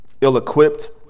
ill-equipped